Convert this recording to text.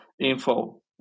info